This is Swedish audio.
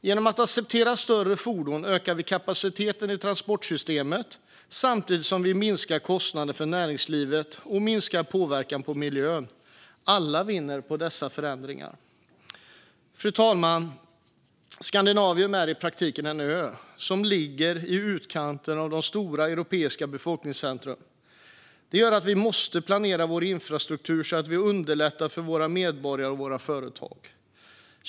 Genom att acceptera större fordon ökar vi kapaciteten i transportsystemet samtidigt som vi minskar kostnaden för näringslivet och minskar påverkan på miljön. Alla vinner på dessa förändringar. Fru talman! Skandinavien är i praktiken en ö som ligger i utkanten av de stora europeiska befolkningscentrumen. Det gör att vi måste planera vår infrastruktur så att vi underlättar för våra medborgare och våra företag.